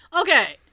Okay